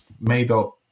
made-up